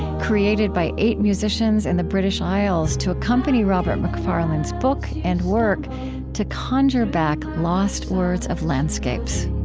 created by eight musicians in the british isles to accompany robert macfarlane's book and work to conjure back lost words of landscapes